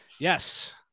Yes